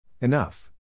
Enough